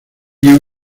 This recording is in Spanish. you